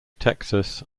texas